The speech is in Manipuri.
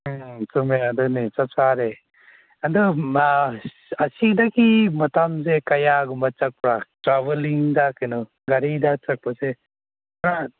ꯎꯝ ꯆꯨꯝꯃꯦ ꯑꯗꯨꯅꯤ ꯆꯞ ꯆꯥꯔꯦ ꯑꯗꯨ ꯑꯁꯤꯗꯒꯤ ꯃꯇꯝꯁꯦ ꯀꯌꯥꯒꯨꯝꯕ ꯆꯠꯄ꯭ꯔ ꯇ꯭ꯔꯦꯕꯦꯂꯤꯡꯗ ꯀꯩꯅꯣ ꯒꯥꯔꯤꯗ ꯆꯠꯄꯁꯦ ꯈꯔ